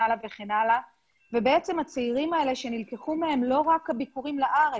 הלאה וכן הלאה ובעצם הצעירים האלה שנלקחו מהם לא רק הביקורים לארץ,